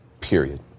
period